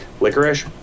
licorice